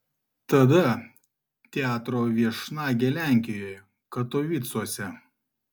tada teatro viešnagė lenkijoje katovicuose